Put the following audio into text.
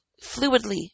fluidly